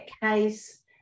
case